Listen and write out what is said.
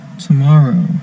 Tomorrow